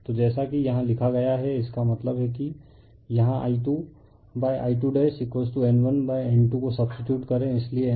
तो जैसा कि यहां लिखा गया है इसका मतलब है कि यहां I2I2N1N2 को सब्सटीटयूट करें इसलिए N1N22R2 हैं